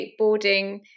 skateboarding